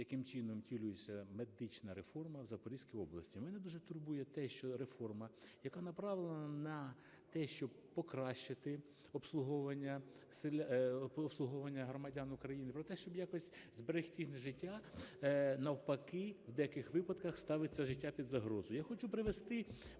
Я хочу привести,